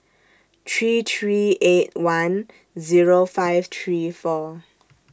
three three eight one Zero five three four